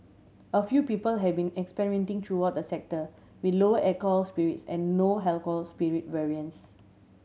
a few people have been experimenting throughout the sector with lower alcohol spirits and no alcohol spirit variants